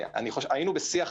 היינו בשיח